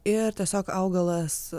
ir tiesiog augalas